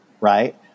right